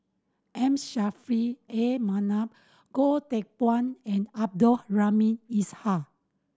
M Saffri A Manaf Goh Teck Phuan and Abdul Rahim Ishak